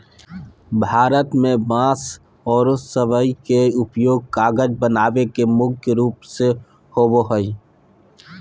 भारत में बांस आरो सबई के उपयोग कागज बनावे में मुख्य रूप से होबो हई